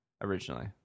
originally